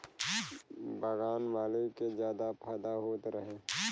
बगान मालिक के जादा फायदा होत रहे